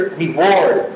reward